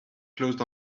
closed